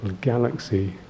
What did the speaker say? galaxy